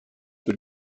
für